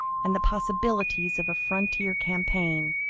and the possibilities of a frontier campaign.